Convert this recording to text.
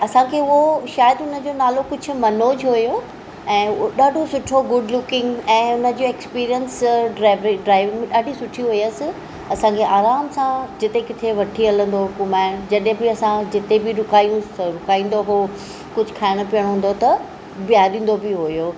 असांखे उहो शायदि हुनजो नालो कुझु मनोज हुयो ऐं उहो ॾाढो सुठो गुड लुकिंग ऐं हुनजे एक्सपीरियंस ड्राइविंग ॾाढी सुठी हुयसि असांखे आरामसां जिते किथे वठी हलंदो हुहो घुमाइण जॾहिं बि असां जिते बि रुकायुंसि त रुकाइंदो उहो कुझु खाइण पीअण हूंदो हो त बीहारींदो बि हुयो